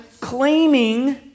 claiming